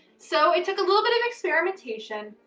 so it took a little bit of experimentation,